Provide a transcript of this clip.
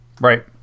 Right